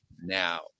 now